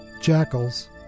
jackals